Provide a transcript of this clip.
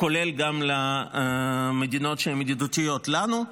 כולל גם למדינות שהן ידידותיות לנו.